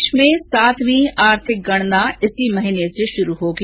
देश की सातवीं आर्थिक गणना इसी महीने से शुरू होगी